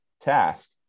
task